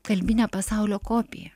kalbinio pasaulio kopiją